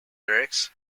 lyrics